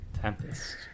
Tempest